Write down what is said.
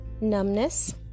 numbness